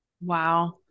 Wow